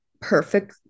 perfect